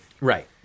right